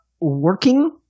working